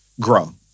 grow